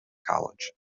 college